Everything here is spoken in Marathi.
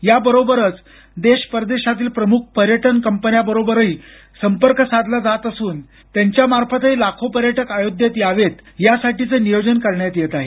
याबरोबरच देशपरदेशातील प्रमुख पर्यटक कंपन्यांबरोबर संपर्क साधला जात असून त्यांच्यामार्फतही लाखो पर्यटक अयोध्येत यावेत यासांठीच नियोजन करण्यात येत आहे